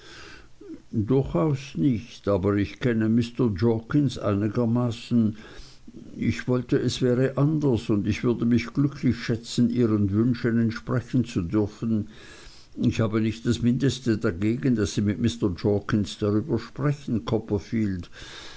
durchaus nicht aber ich kenne mr jorkins einigermaßen ich wollte es wäre anders und ich würde mich glücklich schätzen ihren wünschen entsprechen zu dürfen ich habe nicht das mindeste dagegen daß sie mit mr jorkins darüber sprechen copperfield